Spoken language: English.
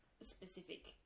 specific